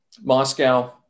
moscow